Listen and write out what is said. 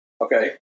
okay